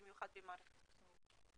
במיוחד במערכת החינוך.